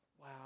wow